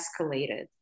escalated